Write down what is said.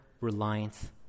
reliance